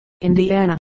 Indiana